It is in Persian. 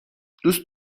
دوست